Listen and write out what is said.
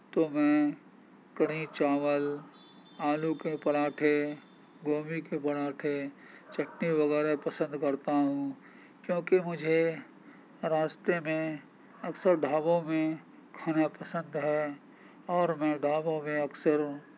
تو میں کڑھی چاول آلو کے پراٹھے گوبھی کے پراٹھے چٹنی وغیرہ پسند کرتا ہوں کیونکہ مجھے راستے میں اکثر ڈھابوں میں کھانا پسند ہے اور میں ڈھابوں میں اکثر